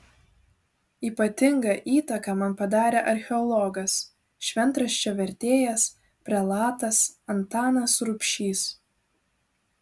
ypatingą įtaką man padarė archeologas šventraščio vertėjas prelatas antanas rubšys